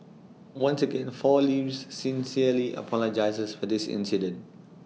once again four leaves sincerely apologises for this incident